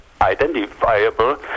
identifiable